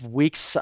weeks